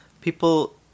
People